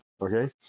Okay